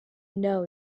know